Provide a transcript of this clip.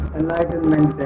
enlightenment